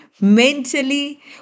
mentally